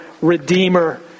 Redeemer